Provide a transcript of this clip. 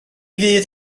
fydd